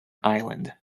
island